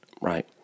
Right